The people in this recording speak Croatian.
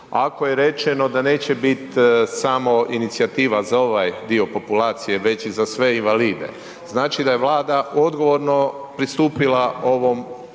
ako je rečeno da neće biti samo inicijativa za ovaj dio populacije već i za sve invalide, znači da je Vlada odgovorno pristupila ovom